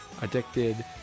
Addicted